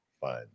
Fine